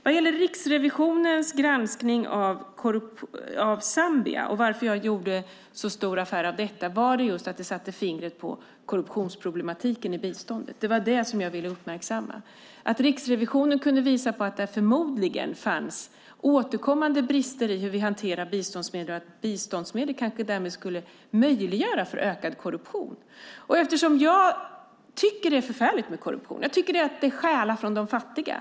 Vad gäller Riksrevisionens granskning av Zambia och varför jag gjorde så stor affär av detta handlade det just om att man satte fingret på korruptionsproblematiken i biståndet. Det var det som jag ville uppmärksamma. Riksrevisionen kunde visa på att det förmodligen fanns återkommande brister i hur vi hanterar biståndsmedel och att biståndsmedel kanske därmed skulle möjliggöra ökad korruption. Jag tycker att det är förfärligt med korruption. Jag tycker att det är att stjäla från de fattiga.